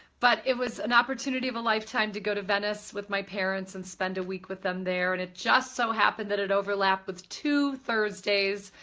but it was an opportunity of a lifetime to go to venice with my parents and spend a week with them there. and it just so happened that it overlapped with two thursdays.